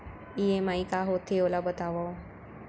EMI का होथे, ओला बतावव